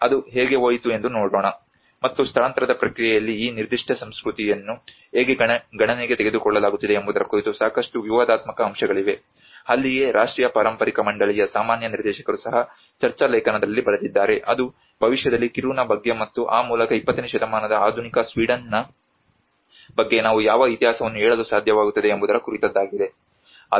ಅದು ಹೇಗೆ ಹೋಯಿತು ಎಂದು ನೋಡೋಣ ಮತ್ತು ಸ್ಥಳಾಂತರದ ಪ್ರಕ್ರಿಯೆಯಲ್ಲಿ ಈ ನಿರ್ದಿಷ್ಟ ಸಂಸ್ಕೃತಿಯನ್ನು ಹೇಗೆ ಗಣನೆಗೆ ತೆಗೆದುಕೊಳ್ಳಲಾಗುತ್ತಿದೆ ಎಂಬುದರ ಕುರಿತು ಸಾಕಷ್ಟು ವಿವಾದಾತ್ಮಕ ಅಂಶಗಳಿವೆ ಅಲ್ಲಿಯೇ ರಾಷ್ಟ್ರೀಯ ಪಾರಂಪಾರಿಕ ಮಂಡಳಿಯ ಸಾಮಾನ್ಯ ನಿರ್ದೇಶಕರು ಸಹ ಚರ್ಚಾ ಲೇಖನದಲ್ಲಿ ಬರೆದಿದ್ದಾರೆ ಅದು ಭವಿಷ್ಯದಲ್ಲಿ ಕಿರುನಾ ಬಗ್ಗೆ ಮತ್ತು ಆ ಮೂಲಕ 20 ನೇ ಶತಮಾನದ ಆಧುನಿಕ ಸ್ವೀಡನ್ನ ಬಗ್ಗೆ ನಾವು ಯಾವ ಇತಿಹಾಸವನ್ನು ಹೇಳಲು ಸಾಧ್ಯವಾಗುತ್ತದೆ ಎಂಬುದರ ಕುರಿತದ್ದಾಗಿದೆ